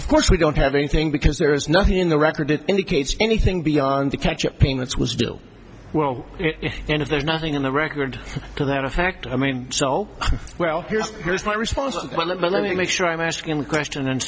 of course we don't have anything because there is nothing in the record that indicates anything beyond the catch it being that's was do well and if there's nothing in the record to that effect i mean so well here's here's my response well let me make sure i'm asking the question